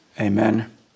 Amen